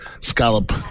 scallop